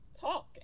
talk